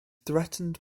threatened